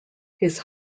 his